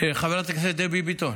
חברת הכנסת דבי ביטון,